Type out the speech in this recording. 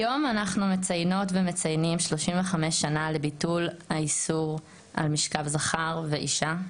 היום אנחנו מציינות ומציינים 35 שנה לביטול האיסור על משכב זכר ואישה.